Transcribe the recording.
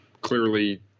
clearly